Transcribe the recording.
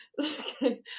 Okay